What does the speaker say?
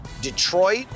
Detroit